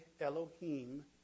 Elohim